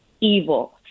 evil